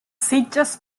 sitges